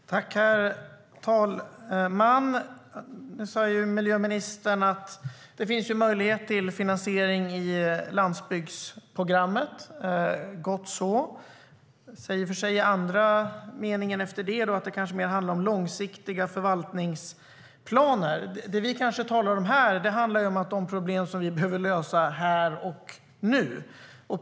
STYLEREF Kantrubrik \* MERGEFORMAT Svar på interpellationerDet vi talar om här handlar om de problem som vi behöver lösa här och nu.